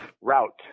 Route